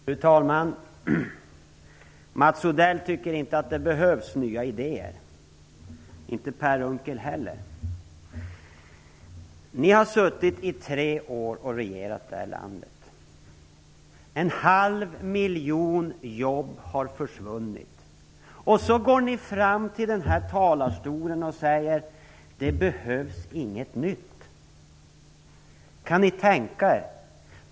Fru talman! Mats Odell tycker inte att det behövs nya idéer. Inte Per Unckel heller. Ni har i tre år regerat det här landet. En halv miljon jobb har försvunnit. I det läget går ni upp i kammarens talarstol och säger: Det behövs inget nytt. Kan ni tänka er!